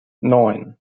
neun